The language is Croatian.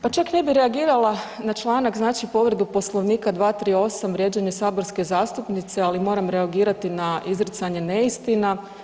Pa čak ja bi reagirala na članak, znači povredu Poslovnika 238. vrijeđanje saborske zastupnice, ali moram reagirati na izricanje neistina.